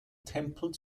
tempel